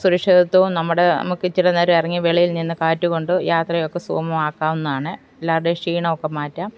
സുരക്ഷിതത്വവും നമ്മുടെ നമുക്കിച്ചിരി നേരം ഇറങ്ങി വെളിയിൽ നിന്നു കാറ്റു കൊണ്ട് യാത്രയൊക്കെ സുഗമമാക്കാവുന്നതാണ് എല്ലാവരുടെയും ക്ഷീണമൊക്കെ മാറ്റാം